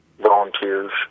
volunteers